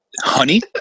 Honey